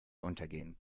untergehen